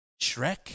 Shrek